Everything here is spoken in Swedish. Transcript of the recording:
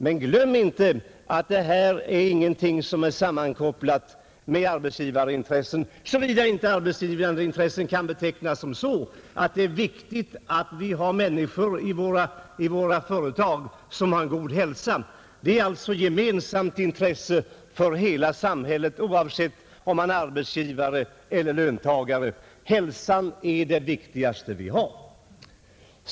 Men glöm inte att det här inte är någonting som är sammankopplat med arbetsgivarintressen såvida inte arbetsgivarintressen kan betecknas som så att det är viktigt att vi har människor med god hälsa i våra företag. Det är ett gemensamt intresse för hela samhället oavsett om man är arbetsgivare eller löntagare. Hälsan är det viktigaste vi har.